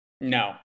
No